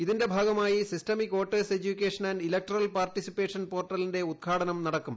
ഇതിന്റെ ഭാഗമായി systemic voters education and electoral participation പോർട്ടലിന്റെ ഉദ്ഘാടനം നടക്കും